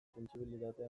sentsibilitate